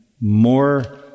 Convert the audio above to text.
more